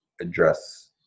address